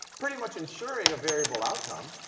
pretty much insuring a variable outcome.